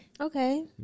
Okay